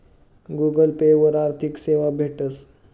Google pay वरी आर्थिक सेवा भेटस